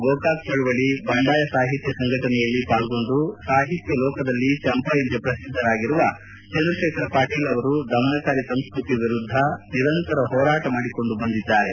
ಗೋಕಾಕ್ ಚಳುವಳಿ ಬಂಡಾಯ ಸಾಹಿತ್ಯ ಸಂಘಟನೆಯಲ್ಲಿ ಪಾಲ್ಗೊಂಡು ಸಾಹಿತ್ಯ ಲೋಕದಲ್ಲಿ ಚಂಪಾ ಎಂದೇ ಪ್ರಸಿದ್ದರಾದ ಚಂದ್ರ ಶೇಖರ್ ಪಾಟೀಲ್ ಅವರು ದಮನಕಾರಿ ಸಂಸ್ಟತಿಯ ವಿರುದ್ಧ ನಿರಂತರ ಹೋರಾಟ ಮಾಡಿಕೊಂಡು ಬಂದಿದ್ದಾರೆ